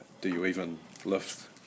do-you-even-lift